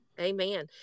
amen